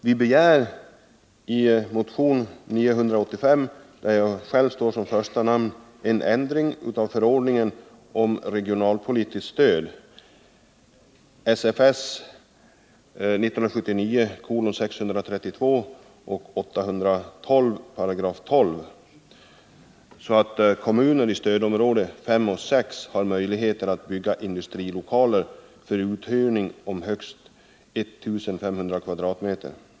Vi begär i motion 985, där mitt namn står först, en ändring i förordningen om regionalpolitiskt stöd, SFS 1979:632 och 812 12§, så att kommuner i stödområde 5 och 6 har möjligheter att bygga industrilokaler för uthyrning om högst 1 500 m?